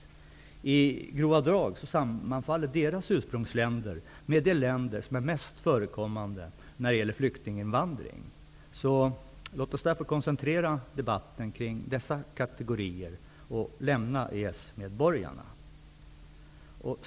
I grova drag sammanfaller deras ursprungsländer med de länder som är mest förekommande när det gäller flyktinginvandring. Låt oss därför koncentrera debatten kring dessa kategorier och lämna de medborgare som omfattas av EES.